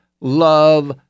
love